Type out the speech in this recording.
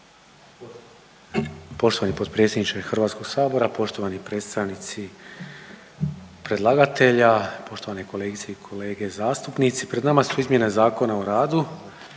Poštovani potpredsjedniče Hrvatskog sabora, poštovani predstavnici predlagatelja, poštovane kolegice i kolege zastupnici. Pred nama su izmjene zakona o radu